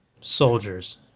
soldiers